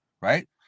Right